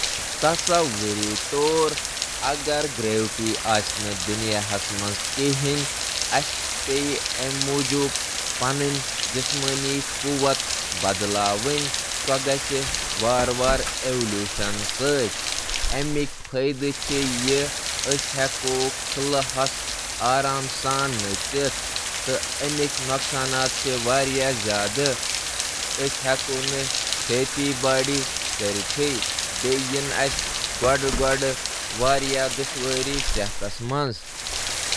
اکہٕ یتھہٕ دنیاہک تصور کٔرو ییتہٕ کشش ثقل چِھ نہٕ موجود۔ لوٗکھ کِتھ کٔنۍ کرِ موافقت؟ تمن پییہٕ پنن جسمٲنی طاقت بڑاونٕچ ضرورت، یُس ارتقاء کس عملس سۭتۍ ییہٕ۔ مُختٔلِف فٲیدٕ چھِ، یِتھ کٔنۍ زَن خٕلاہَس منٛز آسٲنی سان منتقل گژھنٕچ صلٲحیت، مگر اَتھ منٛز چھِ نقصانات تہِ، یِتھ کٔنۍ زَن زٔمیٖن دٲری کرنس منٛز نااہلی۔ گۄڈٕ گۄڈٕ پیٚیہِ لوٗکَن واریاہ چیلنجَن ہُنٛد مُقابلہٕ کرُن تِکیازِ تِم چھِ اتھ نٔوِس ماحولس